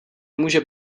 může